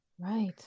Right